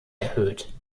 erhöht